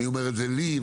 אני אומר את זה לי,